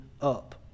up